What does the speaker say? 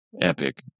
epic